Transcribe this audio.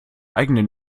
eigenen